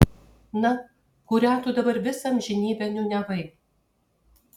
na kurią tu dabar visą amžinybę niūniavai